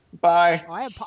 Bye